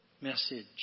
message